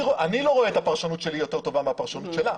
אני לא רואה את הפרשנות שלי יותר טובה מהפרשנות שלה.